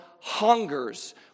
hungers